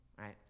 right